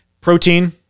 Protein